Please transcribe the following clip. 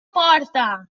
porta